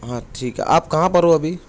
ہاں ٹھیک ہے آپ کہاں پر ہو ابھی